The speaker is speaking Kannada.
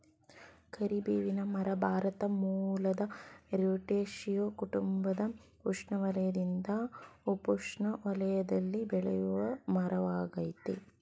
ಕರಿಬೇವಿನ ಮರ ಭಾರತ ಮೂಲದ ರುಟೇಸಿಯೇ ಕುಟುಂಬದ ಉಷ್ಣವಲಯದಿಂದ ಉಪೋಷ್ಣ ವಲಯದಲ್ಲಿ ಬೆಳೆಯುವಮರವಾಗಯ್ತೆ